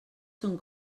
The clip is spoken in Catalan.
són